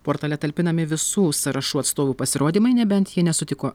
portale talpinami visų sąrašų atstovų pasirodymai nebent jie nesutiko